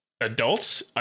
adults